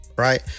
Right